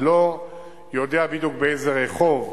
אני לא יודע בדיוק באיזה רחוב,